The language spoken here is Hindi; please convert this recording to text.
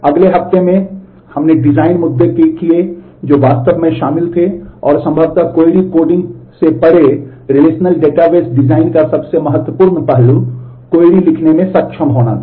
अगले हफ्ते में हमने डिज़ाइन मुद्दे किए जो वास्तव में शामिल थे और संभवतः क्वेरी कोडिंग लिखने में सक्षम होना था